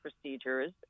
procedures